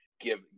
give